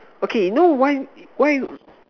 okay you know why why